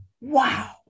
wow